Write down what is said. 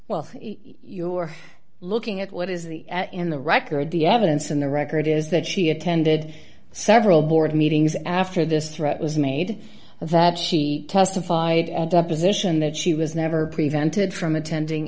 well you're looking at what is the in the record the evidence in the record is that she attended several board meetings after this threat was made and that she testified and deposition that she was never prevented from attending